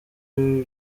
bibi